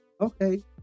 Okay